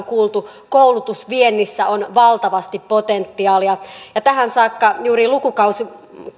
kuultu koulutusviennissä on valtavasti potentiaalia tähän saakka juuri